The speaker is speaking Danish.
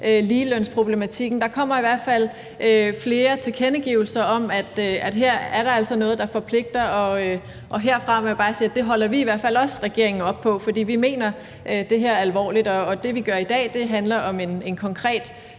ligelønsproblematikken. Der kommer i hvert fald flere tilkendegivelser om, at her er der altså noget, der forpligter, og herfra vil jeg bare sige, at det holder vi i hvert fald regeringen op på, for vi mener det her alvorligt. Og det, vi gør i dag, handler om en konkret